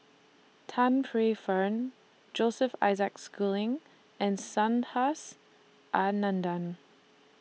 Tan Paey Fern Joseph Isaac Schooling and Anandan